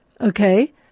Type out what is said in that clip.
okay